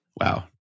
Wow